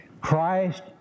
Christ